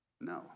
No